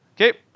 Okay